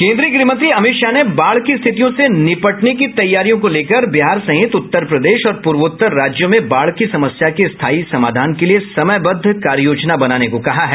केन्द्रीय गृह मंत्री अमित शाह ने बाढ़ की स्थितियों से निपटने की तैयारियों को लेकर बिहार सहित उत्तर प्रदेश और प्रवोत्तर राज्यों में बाढ की समस्या के स्थायी समाधान के लिए समयबद्ध कार्ययोजना बनाने को कहा है